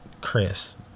Chris